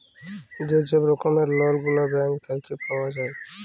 যে ছব রকমের লল গুলা ব্যাংক থ্যাইকে পাউয়া যায়